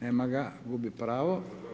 Nema ga, gubi pravo.